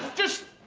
just.